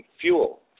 fuel